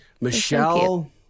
Michelle